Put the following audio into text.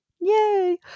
Yay